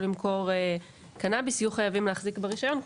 למכור קנביס יהיו חייבים להחזיק ברישיון,